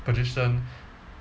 position